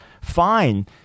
fine